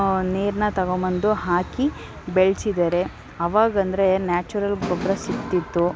ನೀರನ್ನ ತೊಗೊಬಂದು ಹಾಕಿ ಬೆಳೆಸಿದ್ದಾರೆ ಅವಾಗ ಅಂದರೆ ನ್ಯಾಚುರಲ್ ಗೊಬ್ಬರ ಸಿಗ್ತಿತ್ತು